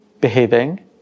behaving